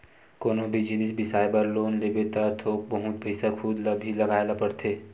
कोनो भी जिनिस बिसाए बर लोन लेबे त थोक बहुत पइसा खुद ल भी लगाए ल परथे